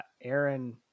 Aaron